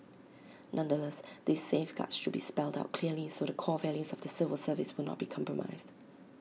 nonetheless these safeguards should be spelled out clearly so the core values of the civil service would not be compromised